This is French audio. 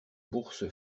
bourse